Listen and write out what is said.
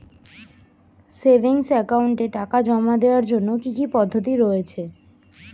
Savings একাউন্টে টাকা জমা দেওয়ার জন্য কি কি পদ্ধতি রয়েছে?